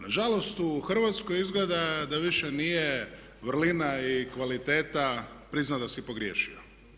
Nažalost u Hrvatskoj izgleda da više nije vrlina i kvaliteta priznati da si pogriješio.